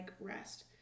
rest